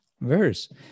verse